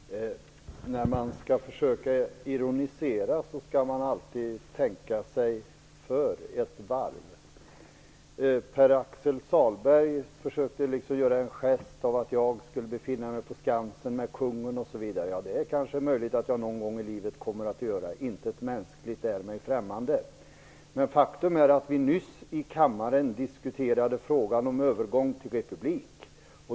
Fru talman! När man skall försöka ironisera skall man alltid tänka sig för ett varv. Pär-Axel Sahlberg försökte måla upp en bild av att jag skulle befinna mig på Skansen med kungen osv. Det är kanske möjligt att jag någon gång i livet kommer att göra det. Intet mänskligt är mig främmande. Men faktum är att vi nyss i kammaren diskuterade frågan om övergång till republik.